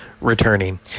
returning